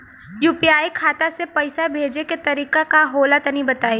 UPI खाता से पइसा भेजे के तरीका का होला तनि बताईं?